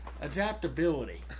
Adaptability